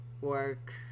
work